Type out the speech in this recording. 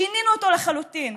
שינינו אותו לחלוטין.